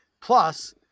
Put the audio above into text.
plus